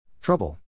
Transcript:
Trouble